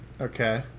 Okay